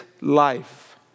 life